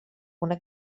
una